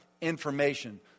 information